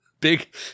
Big